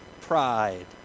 pride